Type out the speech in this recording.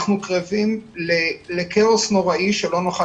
אנחנו קרבים לכאוס נוראי שלא נוכל